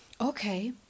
Okay